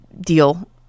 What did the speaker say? deal